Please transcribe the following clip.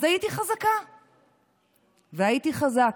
אז הייתי חזקה והייתי חזק,